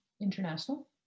International